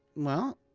well,